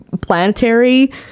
planetary